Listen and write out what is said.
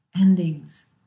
endings